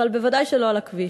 אבל ודאי שלא על הכביש.